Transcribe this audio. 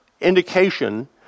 indication